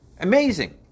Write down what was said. amazing